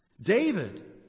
David